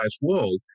world